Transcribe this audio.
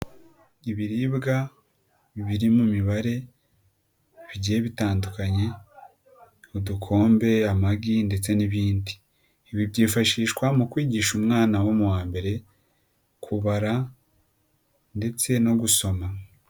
Ibiribwa biri mu mibare bigiye bitandukanye, udukombe, amagi ndetse n'ibindi, ibi byifashishwa mu kwigisha umwana wo mu wa mbere, kubara ndetse no gusoma.